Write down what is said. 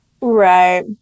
Right